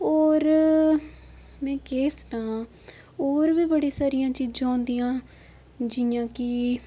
होर में केह् सनां होर बी बड़ी सारियां चीजां होंदियां जियां कि